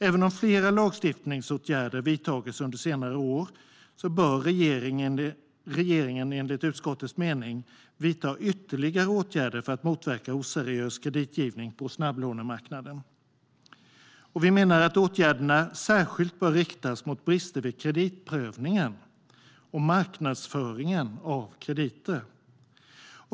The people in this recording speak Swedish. Även om flera lagstiftningsåtgärder har vidtagits under senare år bör regeringen enligt utskottets mening vidta ytterligare åtgärder för att motverka oseriös kreditgivning på snabblånemarknaden. Vi menar att åtgärderna särskilt bör riktas mot brister vid kreditprövningen och vid marknadsföringen av krediter.